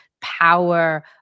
power